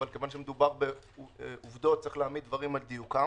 אבל כיוון שמדובר בעובדות צריך להעמיד דברים על דיוקם.